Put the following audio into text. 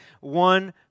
one